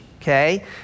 Okay